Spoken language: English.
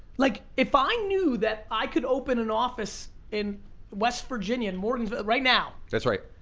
like, if i knew that i could open an office in west virginia, in morgan's. right now that's right.